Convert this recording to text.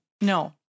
No